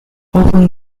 often